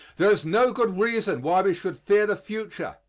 there is no good reason why we should fear the future,